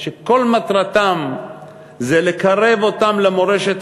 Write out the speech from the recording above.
שכל מטרתם זה לקרב את היהודים שם למורשת